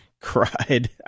cried